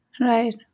right